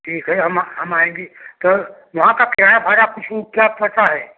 ठीक है हम हम आएँगे तो वहाँ का किराया भाड़ा कुछ क्या कैसा है